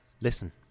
Listen